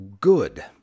good